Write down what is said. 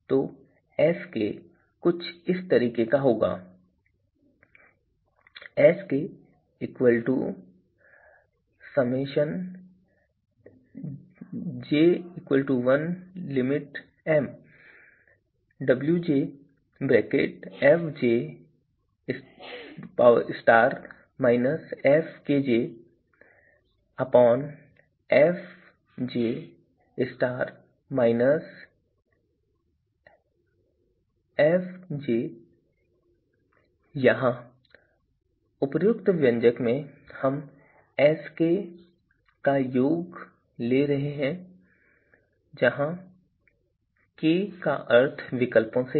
तो Sk कुछ इस तरह होगा यहाँ उपरोक्त व्यंजक में हम Sk का योग ले रहे हैं जहाँ k का अर्थ विकल्पों से है